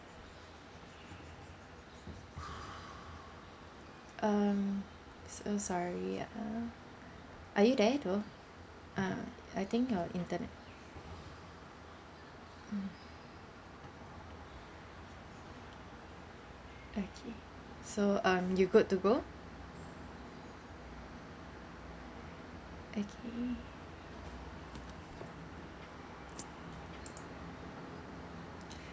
um so sorry ah are you there though ah I think our internet mm okay so um you good to go okay